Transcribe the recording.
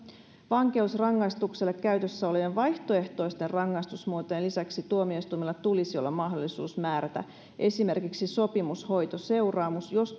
vankeusrangaistukselle käytössä olevien vaihtoehtoisten rangaistusmuotojen lisäksi tuomioistuimella tulisi olla mahdollisuus määrätä esimerkiksi sopimushoitoseuraamus jos